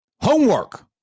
homework